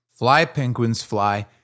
FlyPenguinsFly